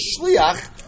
shliach